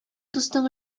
дустың